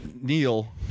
Neil